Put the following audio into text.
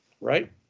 Right